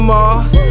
Mars